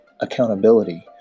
accountability